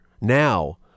now